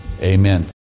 Amen